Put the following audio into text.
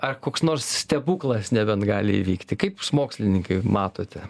ar koks nors stebuklas nebent gali įvykti kaip jūs mokslininkai matote